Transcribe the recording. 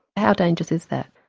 how dangerous is that?